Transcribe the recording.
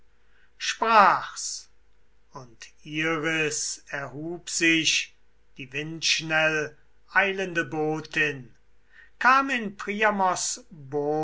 sprach's und iris erhub sich die windschnell eilende botin fasse dich